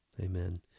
Amen